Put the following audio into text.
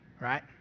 right